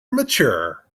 mature